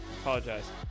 Apologize